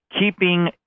keeping